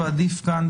ועדיף כאן,